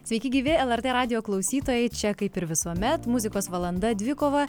sveiki gyvi lrt radijo klausytojai čia kaip ir visuomet muzikos valanda dvikova